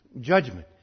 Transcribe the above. judgment